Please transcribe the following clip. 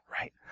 right